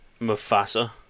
Mufasa